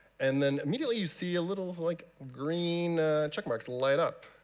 and then immediately you see little, like green check marks light up.